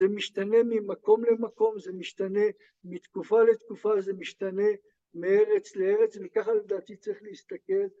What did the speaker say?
‫זה משתנה ממקום למקום, ‫זה משתנה מתקופה לתקופה, ‫זה משתנה מארץ לארץ, ‫וככה לדעתי צריך להסתכל.